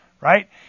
Right